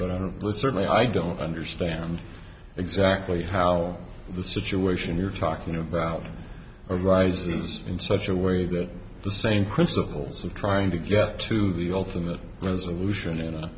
but certainly i don't understand exactly how the situation you're talking about arises in such a way that the same principles of trying to get to the ultimate resolution in